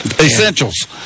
Essentials